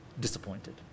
disappointed